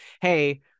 hey